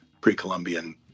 pre-Columbian